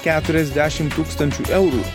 keturiasdešim tūkstančių eurų